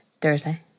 Thursday